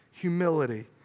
humility